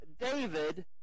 David